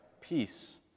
peace